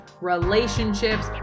relationships